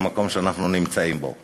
במקום שאנחנו נמצאים בו.